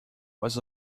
was